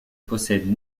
possède